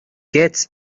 gets